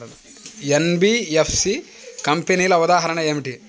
NBFC కంపెనీల ఉదాహరణ ఏమిటి?